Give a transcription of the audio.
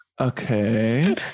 Okay